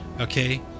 Okay